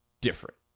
different